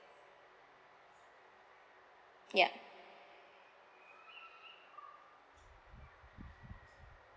ya